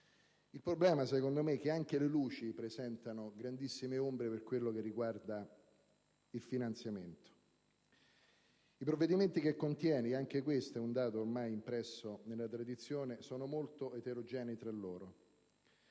Il problema è, secondo me, che anche le luci presentano grandissime ombre per quello che riguarda il finanziamento. Le misure che esso contiene - anche questo è un dato ormai impresso nella tradizione - sono molto eterogenee tra loro,